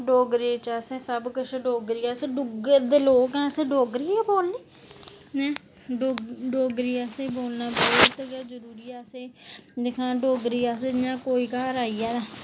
डोगरी च असें सबकिश अस डुग्गर दे लोक आं असें डोगरी गै बोलनी डोगरी असें ते डोगरी असें इंया कोई घर आई जा